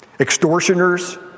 extortioners